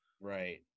right